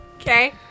Okay